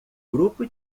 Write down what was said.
grupo